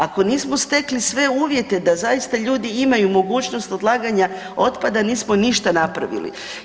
Ako nismo stekli sve uvjete da zaista ljudi imaju mogućnost odlaganja otpada nismo ništa napravili.